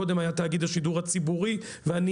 קודם היה תאגיד השידור הציבורי ואני